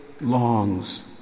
longs